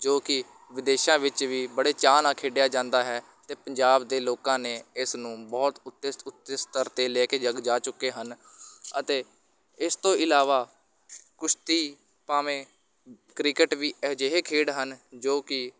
ਜੋ ਕਿ ਵਿਦੇਸ਼ਾਂ ਵਿੱਚ ਵੀ ਬੜੇ ਚਾਅ ਨਾਲ ਖੇਡਿਆ ਜਾਂਦਾ ਹੈ ਅਤੇ ਪੰਜਾਬ ਦੇ ਲੋਕਾਂ ਨੇ ਇਸ ਨੂੰ ਬਹੁਤ ਉੱਤੇ ਸ ਉੱਚੇ ਸਤਰ 'ਤੇ ਲੈ ਕੇ ਜਗ ਜਾ ਚੁੱਕੇ ਹਨ ਅਤੇ ਇਸ ਤੋਂ ਇਲਾਵਾ ਕੁਸ਼ਤੀ ਭਾਵੇਂ ਕ੍ਰਿਕਟ ਵੀ ਅਜਿਹੇ ਖੇਡ ਹਨ ਜੋ ਕਿ